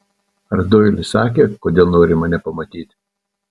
ar doilis sakė kodėl nori mane pamatyti